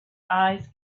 eyes